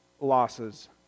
losses